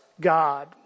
God